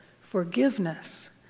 forgiveness